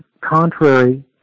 contrary